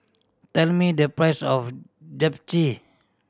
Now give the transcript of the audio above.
tell me the price of Japchae